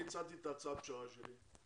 אני הצעתי את הצעת הפשרה שלי.